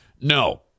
No